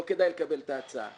לא כדאי לקבל את ההצעה.